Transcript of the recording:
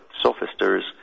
sophisters